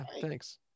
thanks